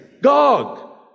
Gog